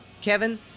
Kevin